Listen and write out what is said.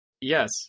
Yes